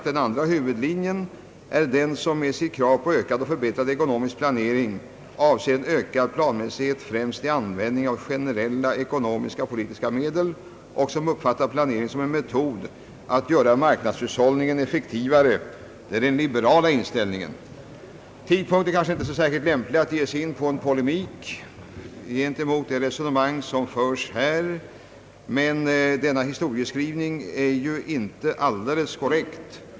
Den andra huvudlinjen är den som med sitt krav på ökad och förbättrad ekonomisk planering avser en ökad planmässighet främst i användningen av de generella ekonomisk-politiska medlen och som uppfattar planeringen som en metod att göra marknadshushållningen effektivare; det är den liberala inställningen.» Tidpunkten är kanske inte så särskilt lämplig att ge sig in på en polemik mot det resonemang som här förs, men historieskrivningen är ju enligt vår mening inte alldeles korrekt.